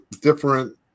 different